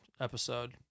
episode